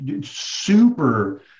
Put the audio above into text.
super